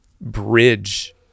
bridge